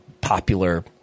popular